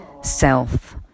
self